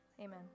Amen